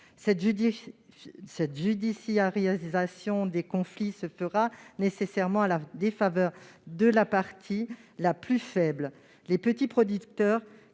telle judiciarisation des conflits se fera nécessairement à la défaveur de la partie la plus faible, c'est-à-dire les petits producteurs,